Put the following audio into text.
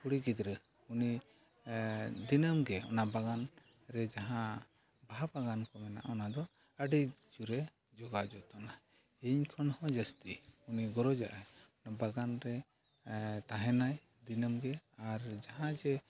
ᱠᱩᱲᱤ ᱜᱤᱫᱽᱨᱟᱹ ᱩᱱᱤ ᱫᱤᱱᱟᱹᱢᱜᱮ ᱚᱱᱟ ᱵᱟᱜᱟᱱ ᱨᱮ ᱡᱟᱦᱟᱸ ᱵᱟᱦᱟ ᱵᱟᱜᱟᱱ ᱠᱚ ᱢᱮᱱᱟᱜᱼᱟ ᱚᱱᱟ ᱫᱚ ᱟᱹᱰᱤ ᱡᱳᱨᱮ ᱡᱚᱜᱟᱣ ᱡᱚᱛᱱᱟ ᱤᱧ ᱠᱷᱚᱱ ᱦᱚᱸ ᱡᱟᱹᱥᱛᱤ ᱩᱱᱤ ᱜᱚᱨᱚᱡᱟᱜᱼᱟᱭ ᱚᱱᱟ ᱵᱟᱜᱟᱱᱨᱮ ᱛᱟᱦᱮᱱᱟᱭ ᱫᱤᱱᱟᱹᱢᱜᱮ ᱟᱨ ᱡᱟᱦᱟᱸ ᱡᱮ